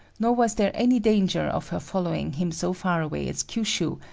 nor was there any danger of her following him so far away as kyushu,